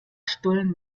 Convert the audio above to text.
stullen